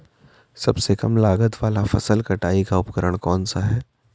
सबसे कम लागत वाला फसल कटाई का उपकरण कौन सा है?